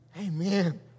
Amen